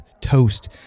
toast